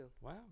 Wow